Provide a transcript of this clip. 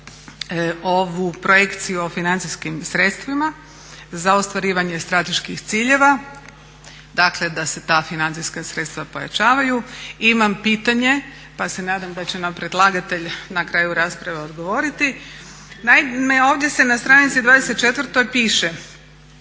ovu projekciju o financijskim sredstvima za ostvarivanje strateških ciljeva dakle da se ta financijska sredstva pojačavaju. I imam pitanje pa se nadam da će nam predlagatelj na kraju rasprave odgovoriti. Naime, ovdje se na str. 24 piše,